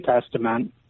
Testament